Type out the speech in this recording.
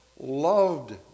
loved